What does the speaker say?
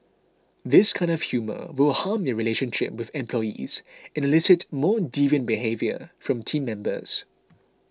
this kind of humour will harm their relationship with employees and elicit more deviant behaviour from team members